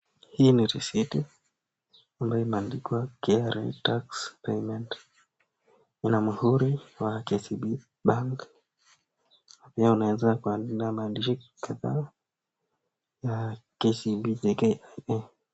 Hii ni risiti ambaye imeandikwa kar tax payment . Inamuhuru wa kcb bank , nao anaandika na kcb pekee.